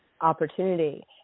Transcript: opportunity